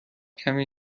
کمی